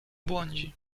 błądzi